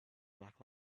black